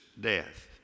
death